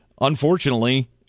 unfortunately